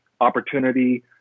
opportunity